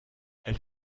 elle